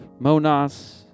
Monas